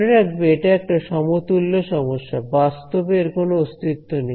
মনে রাখবে এটা একটা সমতুল্য সমস্যা বাস্তবে এর কোনো অস্তিত্ব নেই